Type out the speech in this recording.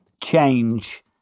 change